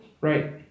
Right